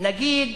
נגיד